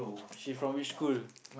she from which school